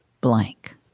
blank